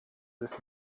this